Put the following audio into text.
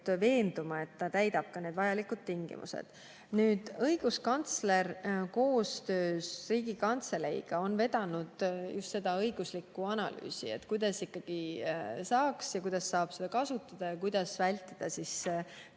veenduma, et ta täidab need vajalikud tingimused. Õiguskantsler koostöös Riigikantseleiga on vedanud just seda õiguslikku analüüsi, kuidas ikkagi saab seda kasutada ja kuidas vältida